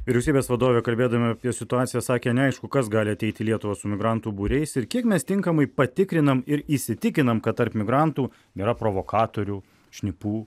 vyriausybės vadovė kalbėdama apie situaciją sakė neaišku kas gali ateiti lietuvos emigrantų būriais ir kiek mes tinkamai patikrinam ir įsitikinam kad tarp migrantų nėra provokatorių šnipų